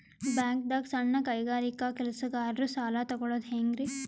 ಬ್ಯಾಂಕ್ದಾಗ ಸಣ್ಣ ಕೈಗಾರಿಕಾ ಕೆಲಸಗಾರರು ಸಾಲ ತಗೊಳದ್ ಹೇಂಗ್ರಿ?